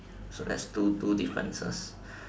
so there's two two differences